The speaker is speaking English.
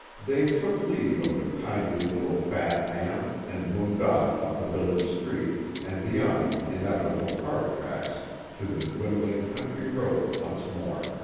they took leave of the kindly little fat man and moved off up the village street and beyond the inevitable car tracks to the dwindling country road once more.